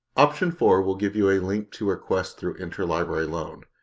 option four will give you a link to request through interlibrary loan.